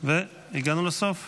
חבר הכנסת אבי מעוז,